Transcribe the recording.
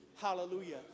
Hallelujah